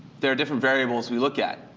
there different variables we look at.